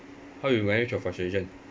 how you manage your frustration